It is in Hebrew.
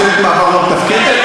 ממשלת מעבר לא מתפקדת?